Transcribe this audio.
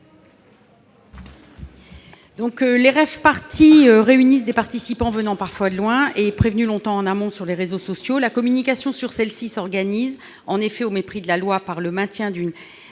Les rave-parties réunissent des participants venant parfois de loin et prévenus longtemps en amont sur les réseaux sociaux. La communication sur celles-ci s'organise en effet au mépris de la loi par le maintien d'une